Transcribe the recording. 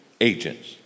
agents